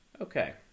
okay